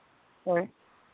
ᱦᱳᱭ